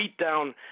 beatdown